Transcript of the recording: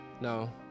No